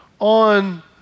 on